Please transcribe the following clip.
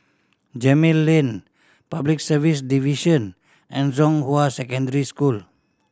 Gemmill Lane Public Service Division and Zhonghua Secondary School